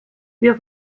wir